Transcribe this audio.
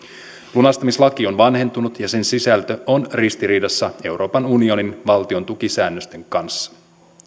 lunastamislaki on vanhentunut ja sen sisältö on ristiriidassa euroopan unionin valtiontukisäännösten kanssa